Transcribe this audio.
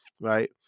right